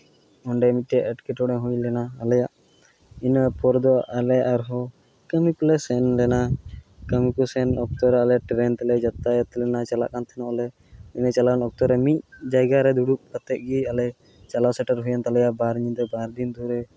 ᱚᱸᱰᱮ ᱢᱤᱫᱴᱮᱡ ᱮᱴᱠᱮᱴᱚᱬᱮ ᱦᱳᱭ ᱞᱮᱱᱟ ᱟᱞᱮᱭᱟᱜ ᱤᱱᱟᱹᱯᱚᱨ ᱫᱚ ᱟᱞᱮ ᱟᱨ ᱦᱚᱸ ᱠᱟᱹᱢᱤ ᱠᱚᱞᱮ ᱥᱮᱱ ᱞᱮᱱᱟ ᱠᱟᱹᱢᱤ ᱠᱚ ᱥᱮᱱ ᱚᱠᱛᱚ ᱨᱮ ᱟᱞᱮ ᱴᱨᱮᱱ ᱛᱮᱞᱮ ᱡᱟᱛᱟᱭᱟᱛ ᱞᱮᱱᱟ ᱪᱟᱞᱟᱜ ᱠᱟᱱ ᱛᱟᱦᱮᱱᱚᱜ ᱟᱞᱮ ᱤᱱᱟᱹ ᱪᱟᱞᱟᱣᱮᱱ ᱚᱠᱛᱚ ᱨᱮ ᱢᱤᱫ ᱡᱟᱭᱜᱟ ᱨᱮ ᱫᱩᱲᱩᱵ ᱠᱟᱛᱮᱜ ᱜᱮ ᱟᱞᱮ ᱪᱟᱞᱟᱣ ᱥᱮᱴᱮᱨ ᱦᱳᱭᱮᱱ ᱛᱟᱞᱮᱭᱟ ᱵᱟᱨ ᱧᱤᱫᱟᱹ ᱵᱟᱨ ᱫᱤᱱ ᱫᱷᱚᱨᱮ